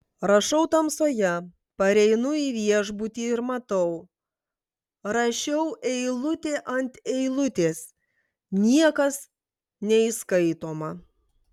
rašau tamsoje pareinu į viešbutį ir matau rašiau eilutė ant eilutės niekas neįskaitoma